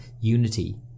unity